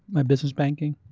my business banking,